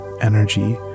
energy